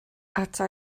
ata